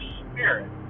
spirit